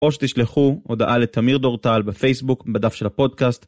או שתשלחו הודעה לתמיר דורטל בפייסבוק בדף של הפודקאסט.